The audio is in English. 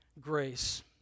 grace